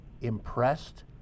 impressed